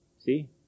see